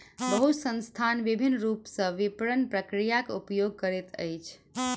बहुत संस्थान विभिन्न रूप सॅ विपरण प्रक्रियाक उपयोग करैत अछि